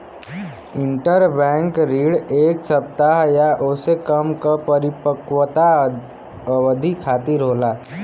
interbank ऋण एक सप्ताह या ओसे कम क परिपक्वता अवधि खातिर होला